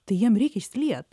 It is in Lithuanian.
tai jiem reikia išsiliet